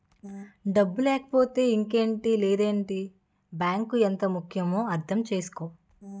డబ్బు లేకపోతే ఇంకేటి లేదంటే బాంకు ఎంత ముక్యమో అర్థం చేసుకో